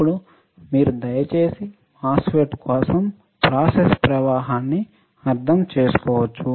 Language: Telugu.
ఇప్పుడు మీరు దయచేసి MOSFET కోసం ప్రాసెస్ ప్రవాహాన్ని అర్థం చేసుకోవచ్చు